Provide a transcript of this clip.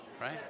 right